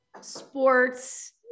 sports